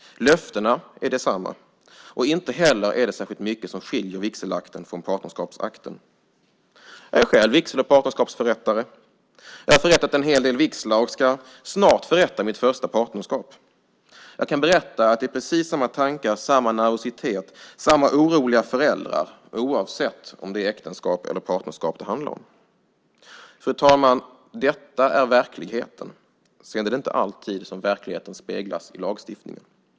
Löftena är desamma. Inte heller är det särskilt mycket som skiljer vigselakten från partnerskapsakten. Jag är själv vigsel och partnerskapsförrättare. Jag har förrättat en hel del vigslar och ska snart förrätta mitt första partnerskap. Jag kan berätta att det är precis samma tankar, samma nervositet, samma oroliga föräldrar oavsett om det är äktenskap eller partnerskap det handlar om. Fru talman! Detta är verkligheten. Sedan är det inte alltid som verkligheten speglas av lagstiftningen.